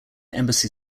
embassy